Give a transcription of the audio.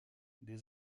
des